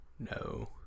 No